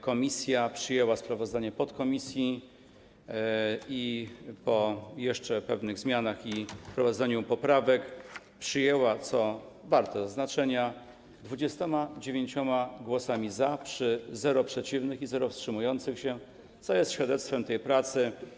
Komisja przyjęła sprawozdanie podkomisji i po jeszcze pewnych zmianach i wprowadzeniu poprawek przyjęła sprawozdanie komisji, co warte zaznaczenia, 29 głosami za przy 0 przeciwnych i 0 wstrzymujących się, co jest świadectwem tej pracy.